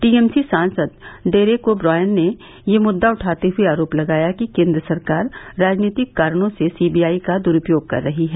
TMC सांसद Derek O'Brien ने यह मुद्दा उठाते हए आरोप लगाया कि केन्द्र सरकार राजनीतिक कारणों से सीबीआई का दुरूपयोग कर रही है